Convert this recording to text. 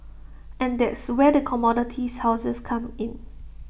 and that's where the commodities houses come in